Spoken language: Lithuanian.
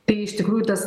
tai iš tikrųjų tas